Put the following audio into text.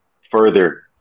further